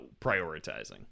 prioritizing